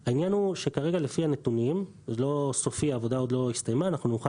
העבודה עוד לא הסתיימה וזה עוד לא סופי ונוכל